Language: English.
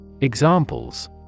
Examples